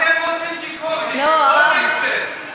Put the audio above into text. אתם רוצים, זה לא מקווה.